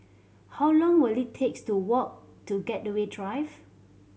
how long will it takes to walk to Gateway Drive